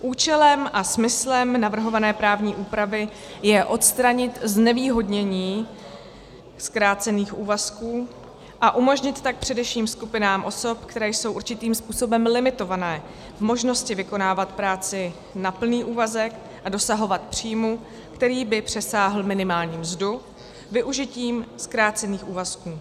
Účelem a smyslem navrhované právní úpravy je odstranit znevýhodnění zkrácených úvazků a umožnit tak především skupinám osob, které jsou určitým způsobem limitované, možnost vykonávat práci na plný úvazek a dosahovat příjmu, který by přesáhl minimální mzdu, využitím zkrácených úvazků.